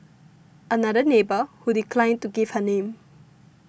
another neighbour who declined to give her name